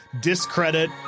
discredit